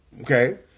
Okay